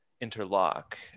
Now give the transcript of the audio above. interlock